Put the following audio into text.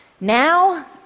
Now